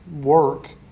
work